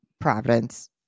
Providence